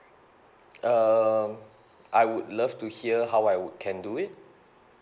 err I would love to hear how I would can do it